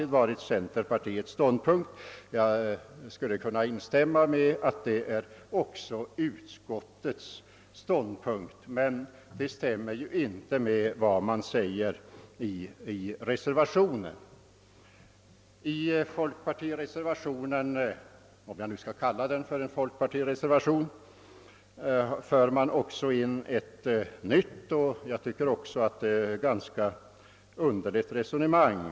Det är också utskottets ståndpunkt, men det stämmer inte med vad som sägs i reservationen. I folkpartireservationen — om jag kan kalla den så — för man in ett nytt och ganska underligt resonemang.